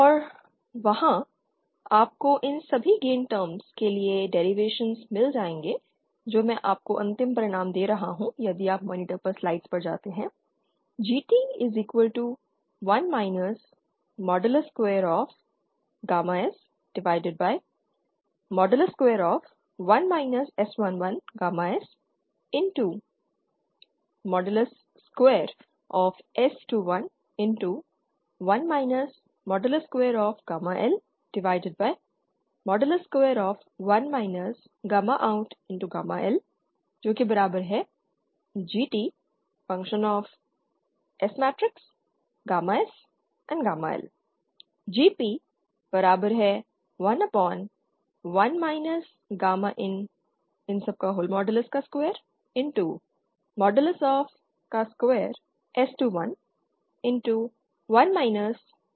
और वहां आपको इन सभी गेन टर्म्स के लिए डेरीवाशंस मिलेंगे जो मैं आपको अंतिम परिणाम दे रहा हूं यदि आप मॉनिटर पर स्लाइड्स पर जा सकते हैं